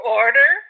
order